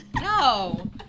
No